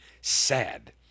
sad